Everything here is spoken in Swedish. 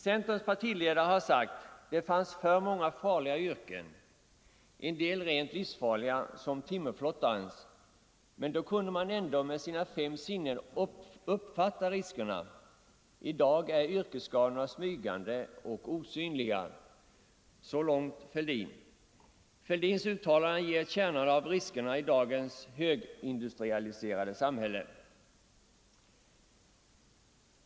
Centerns partiledare har sagt: ”Det fanns förr många farliga yrken, en del rent livsfarliga, som timmerflottarens. Men då kunde man ändå med sina fem sinnen uppfatta riskerna. I dag är yrkesskadorna smygande och osynliga.” — Fälldins uttalande ger kärnan av riskerna i dagens högindustrialiserade samhälle.